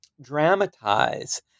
dramatize